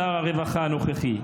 שר הרווחה הנוכחי.